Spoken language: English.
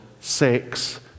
sex